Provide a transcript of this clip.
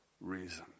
reason